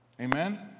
Amen